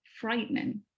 frightening